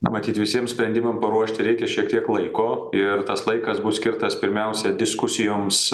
na matyt visiem sprendimam paruošti reikia šiek tiek laiko ir tas laikas bus skirtas pirmiausia diskusijoms